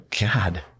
God